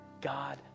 God